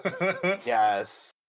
Yes